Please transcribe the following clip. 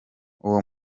uwo